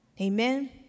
Amen